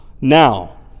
Now